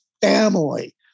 family